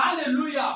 Hallelujah